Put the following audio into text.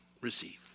receive